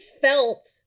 felt